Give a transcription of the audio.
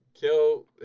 kill